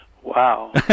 Wow